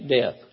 death